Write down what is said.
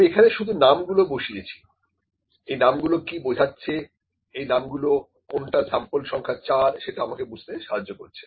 আমি এখানে শুধু নামগুলো বসিয়েছি এই নামগুলো কি বোঝাচ্ছে এই নামগুলো কোনটা স্যাম্পল সংখ্যা চার সেটা আমাকে বুঝতে সাহায্য করছে